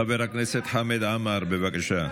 חבר הכנסת חמד עמאר, בבקשה.